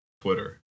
Twitter